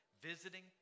Visiting